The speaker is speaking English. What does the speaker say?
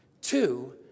two